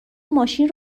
ماشین